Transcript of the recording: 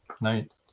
Night